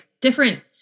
different